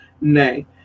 Nay